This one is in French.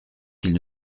qu’il